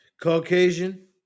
caucasian